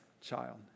child